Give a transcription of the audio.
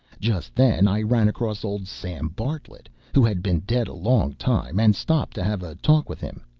just then i ran across old sam bartlett, who had been dead a long time, and stopped to have a talk with him.